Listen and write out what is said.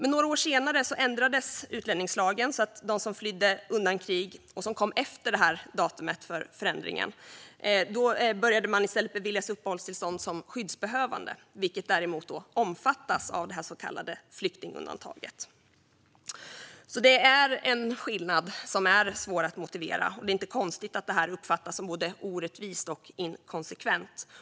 Några år senare ändrades utlänningslagen så att de som flytt undan krig och kommit efter datumet för förändringen i stället började beviljas uppehållstillstånd som skyddsbehövande, vilket däremot omfattas av det så kallade flyktingundantaget. Det här är en skillnad som är svår att motivera, och det är inte konstigt att det uppfattas som både orättvist och inkonsekvent.